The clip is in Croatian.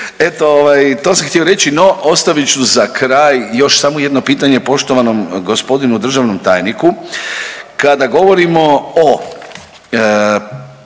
ovaj to sam htio reći, no ostavit ću za kraj još samo jedno pitanje poštovanom gospodinu državnom tajniku. Kada govorimo o